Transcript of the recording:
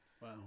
Wow